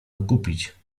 okupić